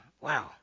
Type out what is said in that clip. Wow